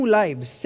lives